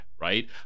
right